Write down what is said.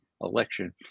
election